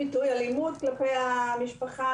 ביטויי אלימות כלפי המשפחה.